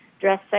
dress